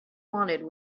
wanted